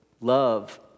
love